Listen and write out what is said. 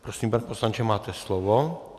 Prosím, pane poslanče, máte slovo.